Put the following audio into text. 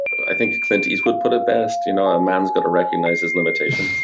i think clint eastwood put it best. you know a man's got to recognize his limitations.